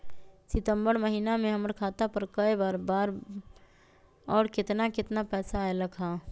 सितम्बर महीना में हमर खाता पर कय बार बार और केतना केतना पैसा अयलक ह?